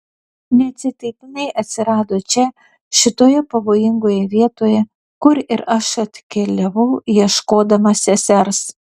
neatsitiktinai atsirado čia šitoje pavojingoje vietoje kur ir aš atkeliavau ieškodama sesers